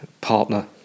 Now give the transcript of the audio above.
partner